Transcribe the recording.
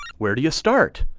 where do you start?